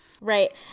Right